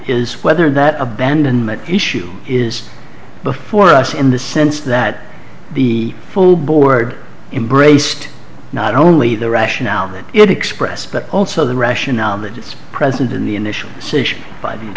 is whether that abandonment issue is before us in the sense that the full board embraced not only the rationale that it expressed but also the rationale that it's present in the initial seizure by the